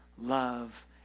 love